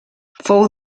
fou